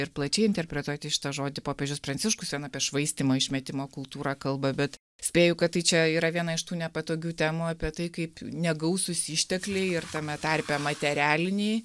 ir plačiai interpretuoti šitą žodį popiežius pranciškus ten apie švaistymo išmetimo kultūrą kalba bet spėju kad tai čia yra viena iš tų nepatogių temų apie tai kaip negausūs ištekliai ir tame tarpe materialiniai